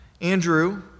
Andrew